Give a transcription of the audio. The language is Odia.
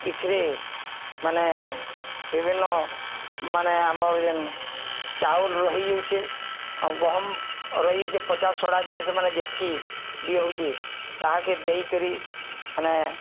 ଇଥିରେ ମାନେ ବିଭିନ୍ନ ମାନେ ଆମର ଯେନ୍ ଚାଉଲ୍ ରହିଯାଉଛେ ଗହମ ରହିଯାଉଚେ ପଚାଶ ସଢ଼ା ଜିନିଷ ମାନେ ଯେତ୍କି ବି ହଉଚେ ତାହାକେ ଦେଇକରି ମାନେ